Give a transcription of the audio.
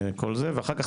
כל זה ואחר כך,